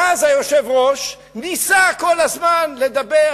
ואז היושב-ראש ניסה כל הזמן לדבר,